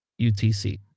UTC